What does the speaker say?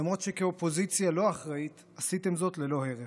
למרות שכאופוזיציה לא אחראית עשיתם זאת ללא הרף.